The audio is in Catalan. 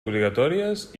obligatòries